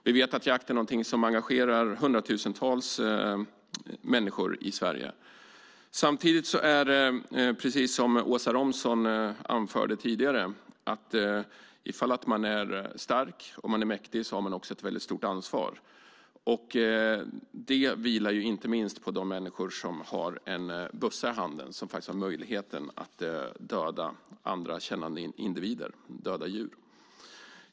Vi vet att jakt är något som engagerar hundratusentals människor i Sverige. Samtidigt är det så, som Åsa Romson anförde tidigare, att om man är stark och mäktig har man också ett stort ansvar. Och det vilar inte minst på de människor som har en bössa i handen och faktiskt har möjligheten att döda andra kännande individer, att döda djur.